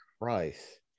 Christ